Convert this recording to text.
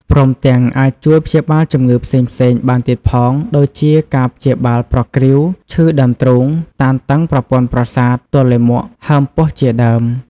ព្រមទាំងអាចជួយព្យាបាលជំងឺផ្សេងៗ បានទៀតផង ដូចជា ព្យាបាលប្រគ្រីវ ឈឺដើមទ្រូង តានតឹងប្រព័ន្ធប្រសាទ ទល់លាមក ហើមពោះជាដើម។